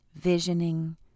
visioning